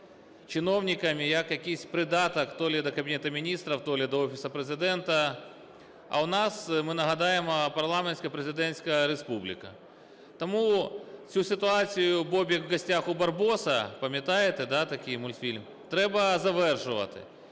як якийсь придаток то ли до Кабінету Міністрів, то ли до Офісу Президента. А у нас, ми нагадаємо, парламентсько-президентська республіка. Тому цю ситуацію – "Бобик в гостях у Барбоса", пам'ятаєте такий мультфільм? - треба завершувати.